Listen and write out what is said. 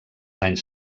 anys